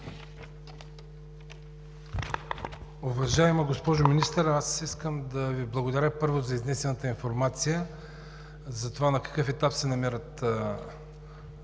Уважаема госпожо Министър, аз искам да Ви благодаря първо за изнесената информация за това на какъв етап се намират